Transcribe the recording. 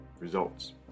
results